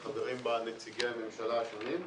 שחברים בה נציגי הממשלה השונים.